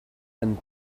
and